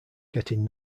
getting